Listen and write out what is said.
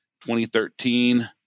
2013